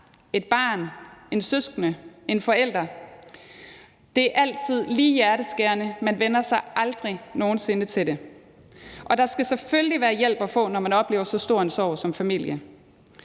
et barn, en søskende, en forælder. Det er altid lige hjerteskærende, man vænner sig aldrig nogen sinde til det. Og der skal selvfølgelig være hjælp at få, når man oplever så stor en sorg som familie.